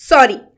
Sorry